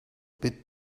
bit